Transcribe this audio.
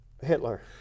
Hitler